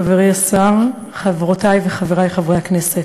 חברי השר, חברותי וחברי חברי הכנסת,